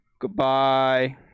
Goodbye